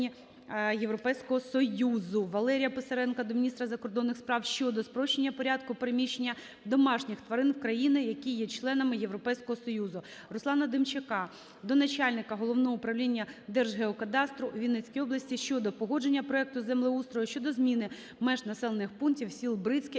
Валерія Писаренка до міністра закордонних справ щодо спрощення порядку переміщення домашніх тварин в країни, які є членами Європейського Союзу. Руслана Демчака до начальника Головного управління Держгеокадастру у Вінницькій області щодо погодження проекту землеустрою щодо зміни меж населених пунктів сіл Брицьке